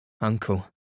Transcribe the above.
uncle